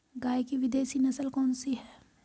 गाय की विदेशी नस्ल कौन सी है?